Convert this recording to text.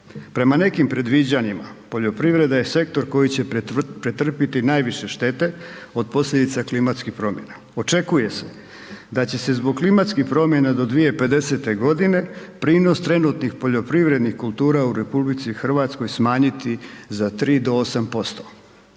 Prema nekim predviđanjima poljoprivreda je sektor koji će pretrpiti najviše štete od posljedica klimatskih promjena. Očekuje se da će se zbog klimatskih promjena do 2050.-te godine, prinos trenutnih poljoprivrednih kultura u Republici Hrvatskoj smanjiti za 3 do 8%.